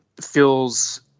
feels